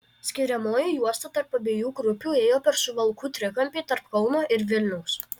skiriamoji juosta tarp abiejų grupių ėjo per suvalkų trikampį tarp kauno ir vilniaus